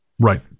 Right